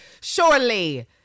surely